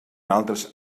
altres